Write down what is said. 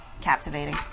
Captivating